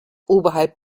oberhalb